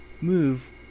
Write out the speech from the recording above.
move